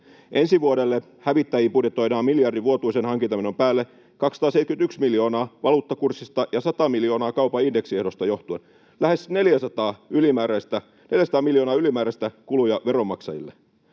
Ensi vuodelle hävittäjiin budjetoidaan miljardin vuotuisen hankintamenon päälle 271 miljoonaa valuuttakurssista ja 100 miljoonaa kaupan indeksiehdosta johtuen — lähes 400 miljoonaa ylimääräisiä kuluja veronmaksajille.